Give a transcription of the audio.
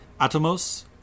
Atomos